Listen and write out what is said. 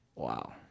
wow